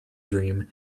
dream